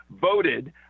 voted